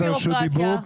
זה הר של ביורוקרטיה.